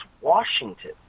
Washington